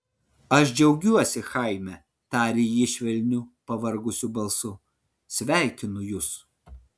aš džiaugiuosi chaime tarė ji švelniu pavargusiu balsu sveikinu jus